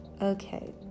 Okay